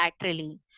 laterally